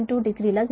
2 డిగ్రీల 0